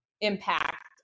impact